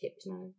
hypno